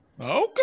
Okay